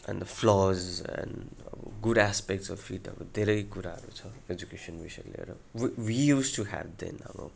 and the फ्लज and good aspect of field अब धेरै कुराहरू छ एजुकेसन विषय लिएर we we used to have then अब